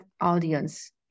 audience